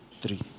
three